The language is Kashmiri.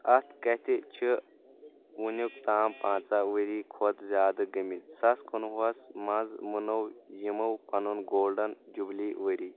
اتھ کتھِ چھِ وُنیُک تام پنژاہ ؤری کھۄتہٕ زِیٛادٕ گٔمٕتۍ زٕ ساس کُنوُہس منٛز منوٚو یِمو پنُن گولڈن جوبلی ؤری